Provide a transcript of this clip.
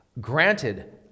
granted